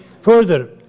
further